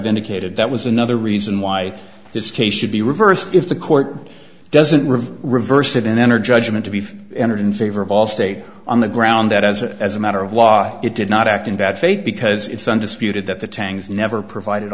i've indicated that was another reason why this case should be reversed if the court doesn't reverse reverse didn't enter judgment to be entered in favor of all states on the ground that as a as a matter of law it did not act in bad faith because it's undisputed that the tangs never provided